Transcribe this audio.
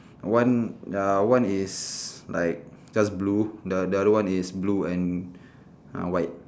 one uh one is like just blue the the other one is blue and uh white